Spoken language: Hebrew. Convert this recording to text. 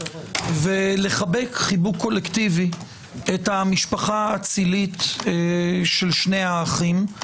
ולחבק חיבוק קולקטיבי את המשפחה האצילית של שני האחים.